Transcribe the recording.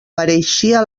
pareixia